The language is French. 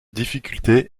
difficulté